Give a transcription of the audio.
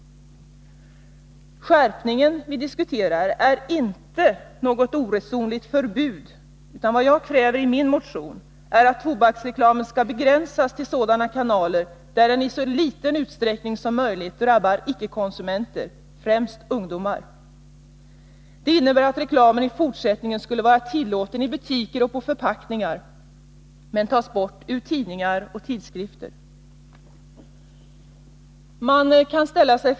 Skärpningen som vi diskuterar här i dag är inte något oresonligt förbud. Vad jag kräver i min motion är att tobaksreklamen skall begränsas till sådana kanaler där den i så liten utsträckning som möjligt drabbar icke konsumenter, främst ungdomar. Det innebär att reklamen i fortsättningen skulle vara tillåten i butiker och på förpackningar men tas bort ur tidningar och tidskrifter.